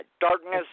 darkness